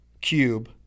Cube